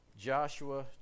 Joshua